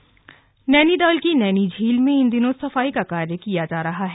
झीलों की सफाई नैनीताल की नैनी झील में इन दिनों सफाई का कार्य किया जा रहा है